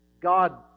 God